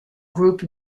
group